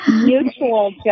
Mutual